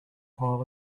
pile